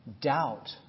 doubt